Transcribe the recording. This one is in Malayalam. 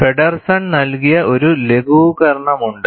ഫെഡെർസൻ നൽകിയ ഒരു ലഘൂകരണമുണ്ട്